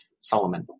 Solomon